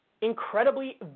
incredibly